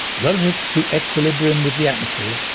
relative to equilibrium with the atmosphere,